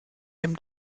dem